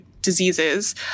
diseases